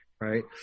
right